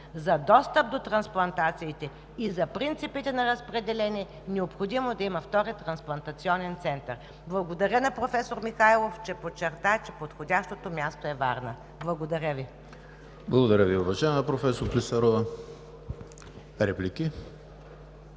За достъп до трансплантациите и за принципите на разпределение е необходимо да има втори трансплантационен център. Благодаря на професор Михайлов, че подчерта, че подходящото място е Варна. Благодаря Ви. ПРЕДСЕДАТЕЛ ЕМИЛ ХРИСТОВ: Благодаря Ви, уважаема професор Клисарова. Реплики?